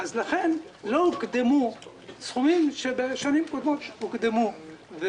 לכן לא הוקדמו סכומים שבשנים קודמות כן הוקדמו.